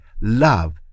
love